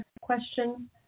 question